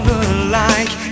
alike